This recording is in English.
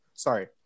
Sorry